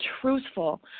truthful